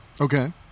Okay